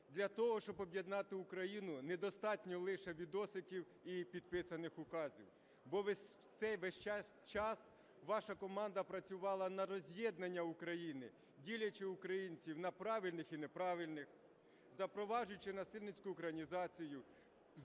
для того, щоб об'єднати Україну недостатньо лише "відосиків" і підписаних указів, бо весь час ваша команда працювала на роз'єднання України, ділячи українців на правильних і неправильних, запроваджуючи насильницьку українізацію,